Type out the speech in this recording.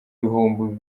bihumbi